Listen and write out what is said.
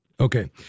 Okay